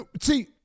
See